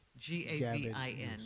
G-A-V-I-N